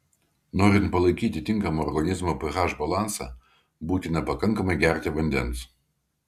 norint palaikyti tinkamą organizmo ph balansą būtina pakankamai gerti vandens